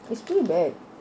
it's pretty bad